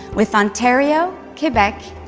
with ontario, quebec,